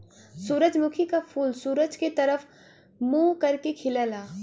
सूरजमुखी क फूल सूरज के तरफ मुंह करके खिलला